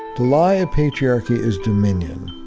lie of patriarchy is dominion.